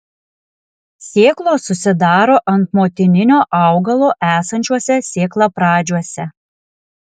sėklos susidaro ant motininio augalo esančiuose sėklapradžiuose